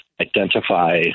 Identify